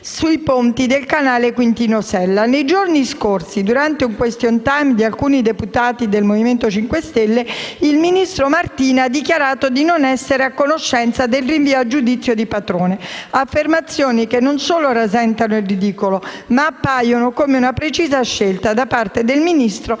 sui ponti del Canale Quintino Sella. Nei giorni scorsi durante un *question time* di alcuni deputati del Movimento 5 Stelle, il ministro Martina ha dichiarato «di non essere a conoscenza del rinvio a giudizio di Patrone». Affermazioni che non solo rasentano il ridicolo, ma appaiono anche come una precisa scelta da parte del Ministro